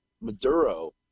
Maduro